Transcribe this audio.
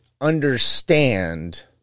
understand